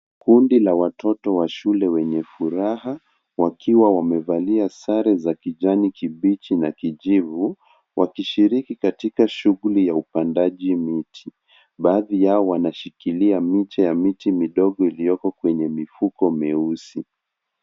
Kundi la watoto wa shule wenye furaha wakiwa wamevalia sare za kijani kibichi na kijivu wakishiriki katika shughuli ya upandaji mii. Baadhi yao wanashikilia miche ya miti midogo iliyoko kwenye mifuko meusi.